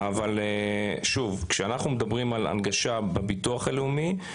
אבל כשאנחנו מדברים על הנגשה בביטוח הלאומי,